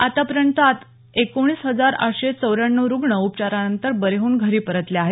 आतापर्यंत आतापर्यंत एकोणीस हजार आठशे चौऱ्याण्णव रुग्ण उपाचारानंतर बरे होऊन घरी परतले आहेत